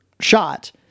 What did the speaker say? shot